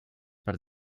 per